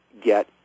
get